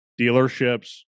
Dealerships